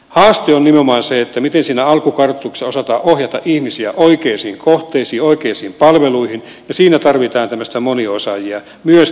haaste on nimenomaan se miten siinä alkukartoituksessa osataan ohjata ihmisiä oikeisiin kohteisiin oikeisiin palveluihin ja siinä tarvitaan tämmöisiä moniosaajia myös te toimistoissa